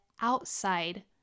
outside